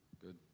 good